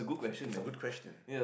it's a good question